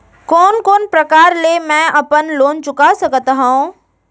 कोन कोन प्रकार ले मैं अपन लोन चुका सकत हँव?